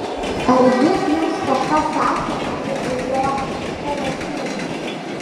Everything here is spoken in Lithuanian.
ar jis jums kažką sakė apie audronę savo sūnų